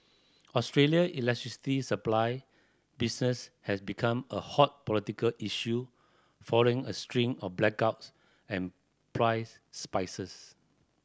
Australia electricity supply business has becomes a hot political issue following a string of blackouts and price spices